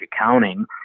accounting